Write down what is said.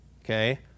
Okay